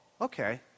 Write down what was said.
okay